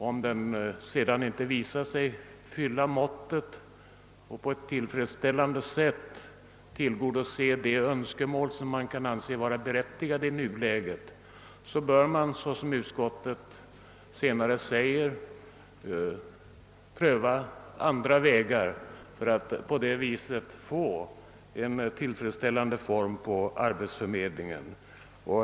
Om den sedan inte visar sig fylla måttet och inte på ett tillfredsställande sätt tillgodoser de önskemål man anser vara berättigade bör man, såsom utskottet i fortsättningen framhåller, pröva andra vägar för att få en tillfredsställande lösning av arbetsförmedlingen.